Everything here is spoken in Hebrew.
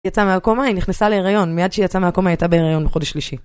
היא יצאה מהעקומה, היא נכנסה להריון, מיד שהיא יצאה מהעקומה היא הייתה בהריון בחודש שלישי.